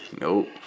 nope